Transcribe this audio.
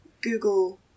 Google